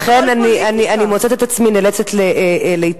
ולכן, אני מוצאת את עצמי נאלצת להתערב.